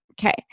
Okay